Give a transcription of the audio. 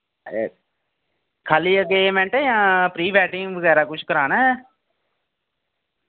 एह् खाली अंगेजमैंट ऐ जां प्री वैडिंग बगैरा कुछ कराना ऐ